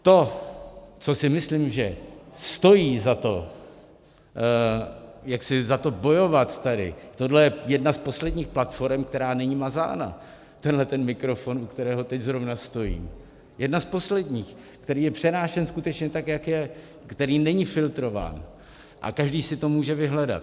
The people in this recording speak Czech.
To, co si myslím, že stojí za to, jaksi za to bojovat tady: tohle je jedna z posledních platforem, která není mazána, tenhleten mikrofon, u kterého teď zrovna stojím, jedna z posledních, který je přenášen skutečně tak, jak je, který není filtrován a každý si to může vyhledat.